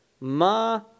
Ma